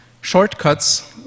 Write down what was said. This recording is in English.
Shortcuts